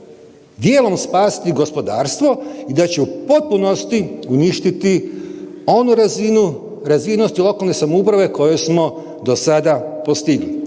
dijelom spasiti gospodarstvo i da će u potpunosti uništiti oni razinu razvijenosti lokalne samouprave koju smo do sada postigli.